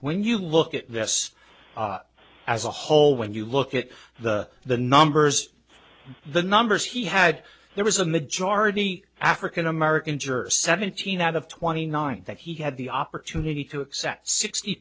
when you look at this as a whole when you look at the the numbers the numbers he had there was a majority african american jervas seventeen out of twenty nine that he had the opportunity to accept sixty